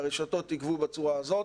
הרשתות יגבו בצורה הזו.